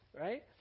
right